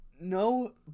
No